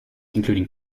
including